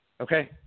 Okay